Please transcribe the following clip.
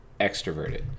extroverted